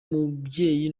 mubyeyi